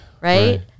Right